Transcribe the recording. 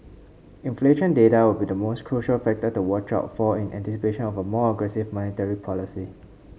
inflation data will be the most crucial factor to watch out for in anticipation of a more aggressive monetary policy